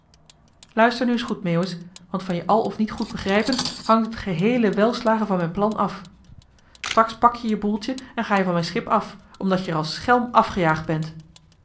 luister nu eens goed meeuwis want van je al of niet goed begrijpen hangt het geheele welslagen van mijn plan af straks pak je je boeltje en ga-je van mijn schip af omdat je er als schelm afgejaagd bent